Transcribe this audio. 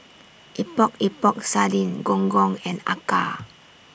Epok Epok Sardin Gong Gong and Acar